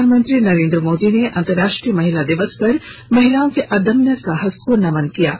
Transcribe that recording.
प्रधानमंत्री नरेन्द्र मोदी ने अंतर्राष्ट्रीय महिला दिवस पर महिलाओं के अदम्य साहस को नमन किया है